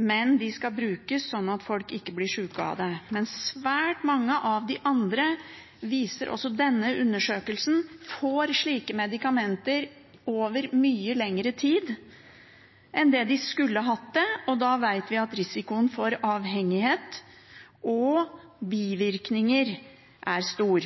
men de skal brukes slik at folk ikke blir syke av dem. Men svært mange andre – viser også denne undersøkelsen – får slike medikamenter over mye lengre tid enn det de skulle hatt, og da vet vi at risikoen for avhengighet og bivirkninger er stor.